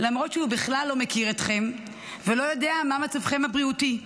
למרות שהוא בכלל לא מכיר אתכם ולא יודע מה מצבכם הבריאותי.